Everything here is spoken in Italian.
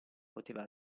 poteva